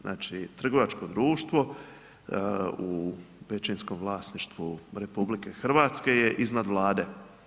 Znači, trgovačko društvo u većinskom vlasništvu RH je iznad Vlade.